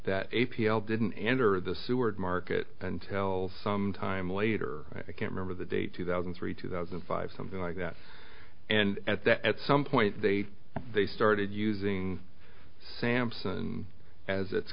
that a p l didn't enter the seward market and tell some time later i can't remember the date two thousand three thousand five something like that and at that at some point they they started using sampson as